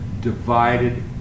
divided